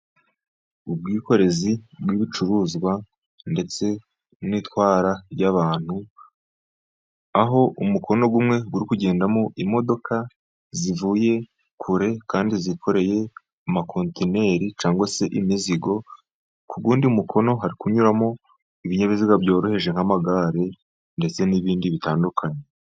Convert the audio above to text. Ubwikorezi bw'ibicuruzwa ndetse n'itwara ry'abantu, aho umukono umwe uri kugendamo imodoka zivuye kure kandi zikoreye amakontineri cg se imizigo ku wundi mukono hari kunyuramo ibinyabiziga byoroheje nk'amagare ndetse n'ibindi bitandukanye.